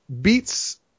beats